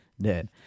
dead